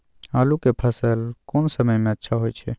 आलू के फसल कोन समय में अच्छा होय छै?